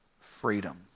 freedom